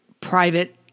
private